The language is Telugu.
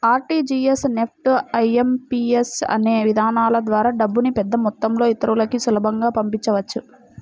ఆర్టీజీయస్, నెఫ్ట్, ఐ.ఎం.పీ.యస్ అనే విధానాల ద్వారా డబ్బుని పెద్దమొత్తంలో ఇతరులకి సులభంగా పంపించవచ్చు